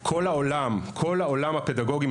כל העולם הפדגוגי,